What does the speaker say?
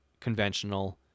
conventional